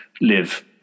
live